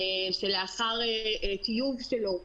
שלאחר טיוב שלו,